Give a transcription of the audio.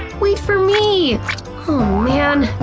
wait for me! aw man.